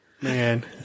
Man